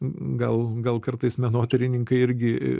gal gal kartais menotyrininkai irgi